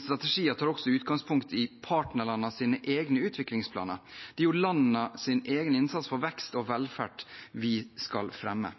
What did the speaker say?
strategier tar også utgangspunkt i partnerlandenes egne utviklingsplaner. Det er jo landenes egen innsats for vekst og velferd vi skal fremme.